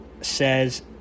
says